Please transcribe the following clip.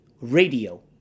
radio